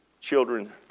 children